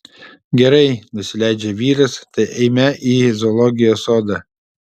gerai nusileidžia vyras tai eime į zoologijos sodą